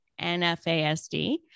NFASD